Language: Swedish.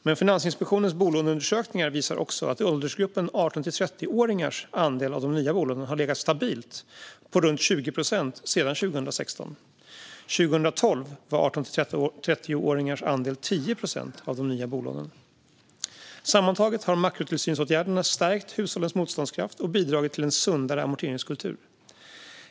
Men Finansinspektionens bolåneundersökningar visar också att åldersgruppen 18-30-åringars andel av de nya bolånen har legat stabilt på runt 20 procent sedan 2016. År 2012 var 18-30-åringars andel 10 procent av de nya bolånen. Sammantaget har makrotillsynsåtgärderna stärkt hushållens motståndskraft och bidragit till en sundare amorteringskultur.